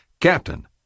Captain